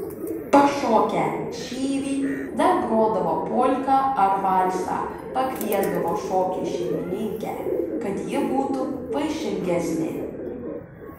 pašokę šyvį dar grodavo polką ar valsą pakviesdavo šokiui šeimininkę kad ji būtų vaišingesnė